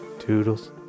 Toodles